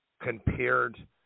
compared